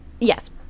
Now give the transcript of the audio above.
Yes